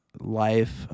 life